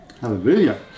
Hallelujah